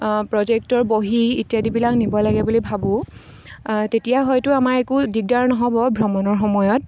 প্ৰজেক্টৰ বহি ইত্যাদিবিলাক নিব লাগে বুলি ভাবোঁ তেতিয়া হয়তো আমাৰ একো দিগদাৰ নহ'ব ভ্ৰমণৰ সময়ত